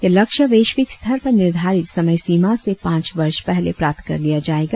यह लक्ष्य वैश्विक स्तर पर निर्धारित समयसीमा से पांच वर्ष पहले प्राप्त कर लिया जाएगा